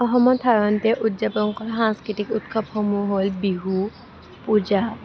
অসমত সাধাৰণতে উদযাপন কৰা সাংস্কৃতিক উৎসৱসমূহ হ'ল বিহু পূজা